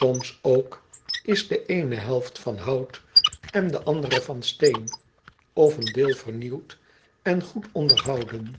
oms ook is de eene helft van hout de andere van steen of een deel vernieuwd en goed onderhouden